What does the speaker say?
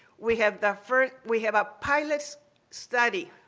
we have the first we have a pilot study,